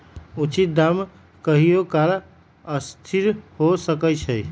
उचित दाम कहियों काल असथिर हो सकइ छै